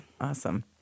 awesome